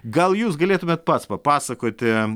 gal jūs galėtumėt pats papasakoti